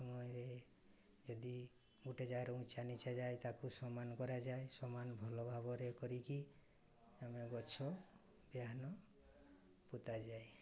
ସମୟରେ ଯଦି ଗୋଟେ ଜାଗାରେ ଉଚ୍ଚା ନିଚ୍ଚା ଯାଏ ତାକୁ ସମାନ କରାଯାଏ ସମାନ ଭଲ ଭାବରେ କରିକି ଆମେ ଗଛ ବିହାନ ପୋତା ଯାଏ